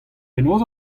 penaos